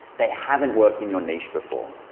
they haven't worked in your niche before.